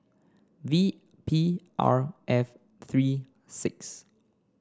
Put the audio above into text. V P R F three six